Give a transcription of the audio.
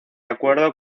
acuerdo